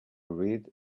read